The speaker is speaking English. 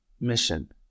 mission